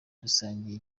dusangiye